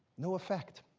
no effect.